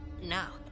Now